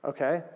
Okay